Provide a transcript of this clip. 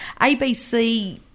ABC